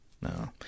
no